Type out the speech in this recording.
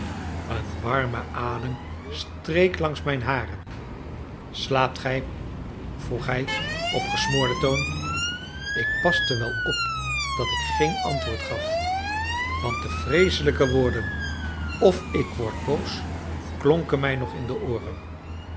een warme adem streek langs mijn haren slaapt gij vroeg hij op gesmoorden toon ik paste wel op dat ik geen antwoord gaf want de vreeselijke woorden of ik word boos klonken mij nog in de ooren